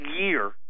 year